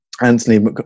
Anthony